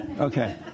Okay